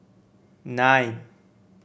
nine